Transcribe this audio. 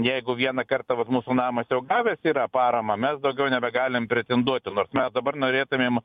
jeigu vieną kartą vat mūsų namas jau gavęs yra paramą mes daugiau nebegalim pretenduoti nors mes dabar norėtumėm